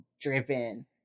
driven